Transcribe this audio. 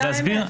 זו האמת.